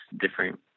different